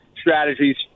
strategies